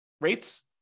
rates